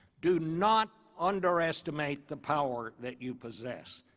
do not underestimate the power that you possess.